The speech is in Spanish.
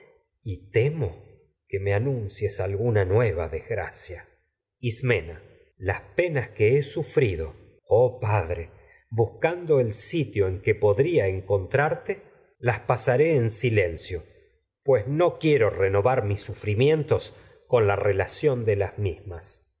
temo que me anuncies alguna nueva desgracia penas que ismena las cando él sitio en he sufrido oh padre busque podría eqcontrarte las pasaré ep edipo en colono silencio pues la relación no quiero renovar mis sufrimientos con actualmente es de las mismas